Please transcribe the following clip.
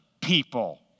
people